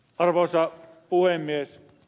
arvoisa puhemies